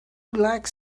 like